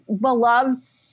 beloved